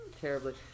terribly